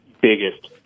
biggest